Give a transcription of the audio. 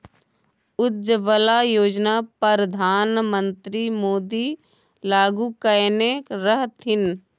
उज्जवला योजना परधान मन्त्री मोदी लागू कएने रहथिन